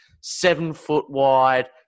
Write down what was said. seven-foot-wide